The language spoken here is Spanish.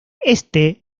este